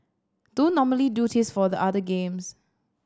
don't normally do this for the other games